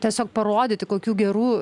tiesiog parodyti kokių gerų